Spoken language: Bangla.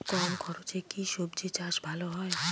কম খরচে কি সবজি চাষ ভালো হয়?